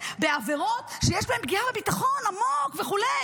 בעבירות שיש בהן פגיעה בביטחון עמוק וכו',